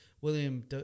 William